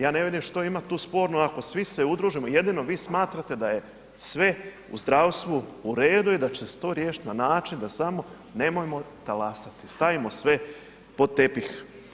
Ja ne vidim što ima tu sporno ako svi se udružimo, jedino vi smatrate da je sve u zdravstvu u redu i da će se to riješiti na način da samo nemojmo talasati, stavimo sve pod tepih.